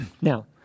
now